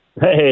Hey